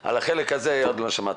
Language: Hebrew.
על החלק הזה עוד לא שמעתי.